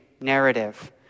narrative